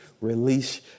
release